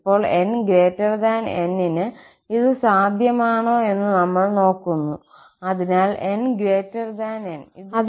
ഇപ്പോൾ 𝑛 𝑁ന് ഇത് സാധ്യമാണോ എന്ന് നമ്മൾ നോക്കുന്നു അതിനാൽ 𝑛 𝑁 ഇത് ശരിയാണ്